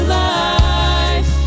life